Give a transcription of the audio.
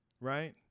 right